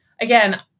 again